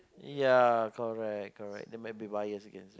ya correct correct there might be bias against uh